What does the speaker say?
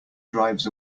drives